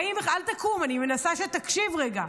אל תקום, אני מנסה שתקשיב רגע.